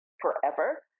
forever